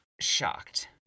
shocked